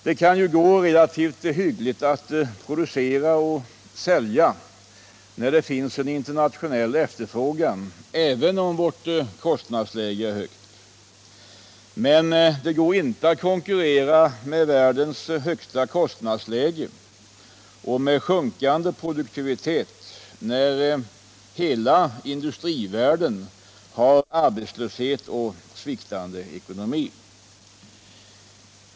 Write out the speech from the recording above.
Det kan ju gå relativt hyggligt att producera och sälja när det finns en internationell efterfrågan, även om vårt kostnadsläge är högt. Men det går inte att konkurrera med världens högsta kostnadsläge och med sjunkande produktivitet när hela industrivärlden har arbetslöshet och sviktande ekonomi.